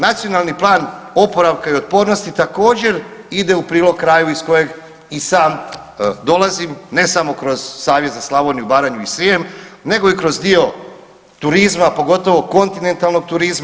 Nacionalni plan oporavka i otpornosti također ide u prilog kraju iz kojeg i sam dolazim ne samo kroz Savjet za Slavoniju i Baranju i Srijem, nego i kroz dio turizma pogotovo kontinentalnog turizma.